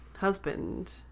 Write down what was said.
husband